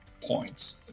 points